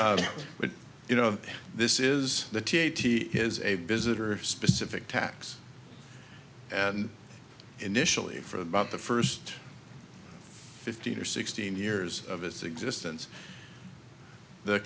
but you know this is the t a t has a visitor specific tax and initially for about the first fifteen or sixteen years of its existence the